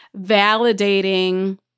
validating